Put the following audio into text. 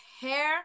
hair